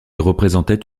représentait